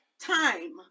time